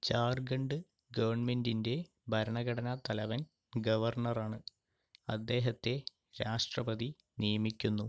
ജാർഖണ്ഡ് ഗവൺമെൻറ്റിൻ്റെ ഭരണഘടനാ തലവൻ ഗവർണ്ണറാണ് അദ്ദേഹത്തെ രാഷ്ട്രപതി നിയമിക്കുന്നു